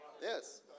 Yes